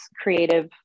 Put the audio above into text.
creative